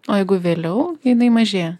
o jeigu vėliau jinai mažėja